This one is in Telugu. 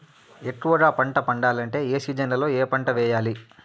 ఎక్కువగా పంట పండాలంటే ఏ సీజన్లలో ఏ పంట వేయాలి